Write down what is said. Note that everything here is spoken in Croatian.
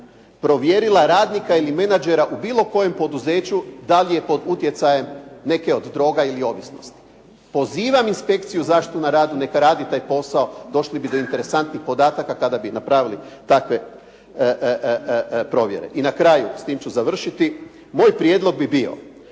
provjerila radnika ili menađera u bilo kojem poduzeću da li je pod utjecajem neke od droga ili ovisnosti. Pozivam inspekciju zaštite na radu neka radi taj posao, došli bi do interesantnih podataka kada bi napravili takve provjere. I na kraju, s time ću završiti, moj prijedlog bi bio